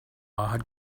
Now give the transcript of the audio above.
had